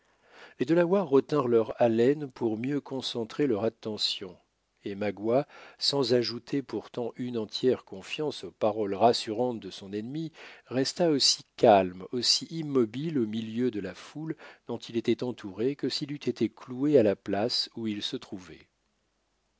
les delawares retinrent leur haleine pour mieux concentrer leur attention et magua sans ajouter pourtant une entière confiance aux paroles rassurantes de son ennemi resta aussi calme aussi immobile au milieu de la foule dont il était entouré que s'il eût été cloué à la place où il se trouvait